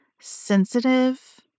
sensitive